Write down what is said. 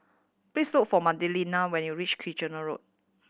please look for Magdalena when you reach Kitchener Road